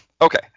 Okay